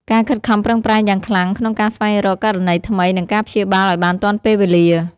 ការខិតខំប្រឹងប្រែងយ៉ាងខ្លាំងក្នុងការស្វែងរកករណីថ្មី និងការព្យាបាលឱ្យបានទាន់ពេលវេលា។